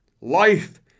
Life